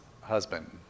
husband